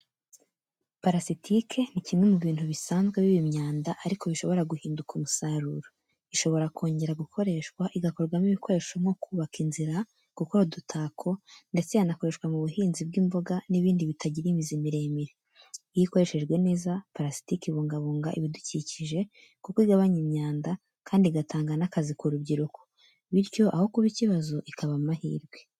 Parasitike ni kimwe mu bintu bisanzwe biba imyanda ariko bishobora guhinduka umusaruro. Ishobora kongera gukoreshwa igakorwamo ibikoresho nko kubaka inzira, gukora udutako ndetse yanakoreshwa mu buhinzi mu buhinzi bw’imboga n’ibindi bitagira imizi miremire. Iyo ikoreshejwe neza, parasitike ibungabunga ibidukikije kuko igabanya imyanda, kandi igatanga n’akazi ku rubyiruko. Bityo aho kuba ikibazo, ikaba amahirwe.